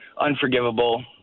unforgivable